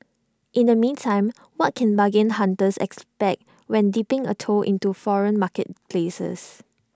in the meantime what can bargain hunters expect when dipping A toe into foreign marketplaces